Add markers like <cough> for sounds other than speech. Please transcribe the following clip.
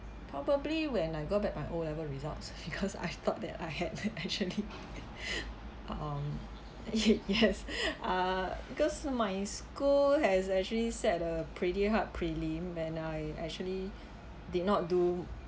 probably when I got back my O level results because <laughs> I thought that I had <laughs> actually <laughs> um ye~ yes <laughs> err because my school has actually set a pretty hard prelim and I actually did not do